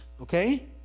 okay